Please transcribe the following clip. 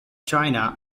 china